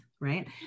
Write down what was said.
right